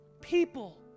people